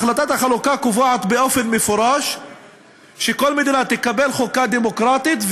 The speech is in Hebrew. החלטת החלוקה קובעת באופן מפורש שכל מדינה תקבל חוקה דמוקרטית,